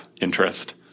interest